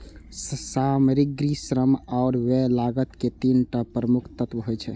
सामग्री, श्रम आ व्यय लागत के तीन टा प्रमुख तत्व होइ छै